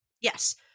Yes